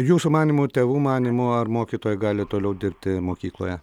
jūsų manymu tėvų manymu ar mokytoja gali toliau dirbti mokykloje